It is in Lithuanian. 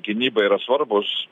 gynybai yra svarbūs